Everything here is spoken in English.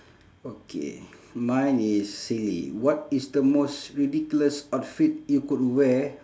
okay mine is silly what is the most ridiculous outfit you could wear